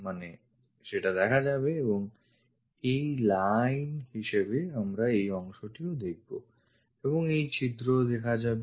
মানে সেটা দেখা যাবে এবং একটি line হিসেবে আমরা এই অংশটিও দেখব এবং এই ছিদ্রও দেখা যাবে